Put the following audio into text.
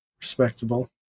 respectable